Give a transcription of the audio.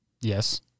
Yes